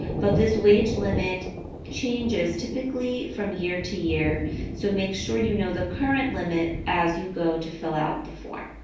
but this wage limit changes, typically from year to year so make sure you know the current limit as you go to fill out the form.